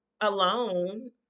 alone